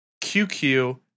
QQ